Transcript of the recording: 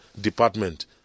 department